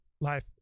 life